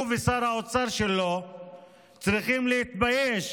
הוא ושר האוצר שלו צריכים להתבייש